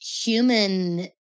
human